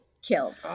killed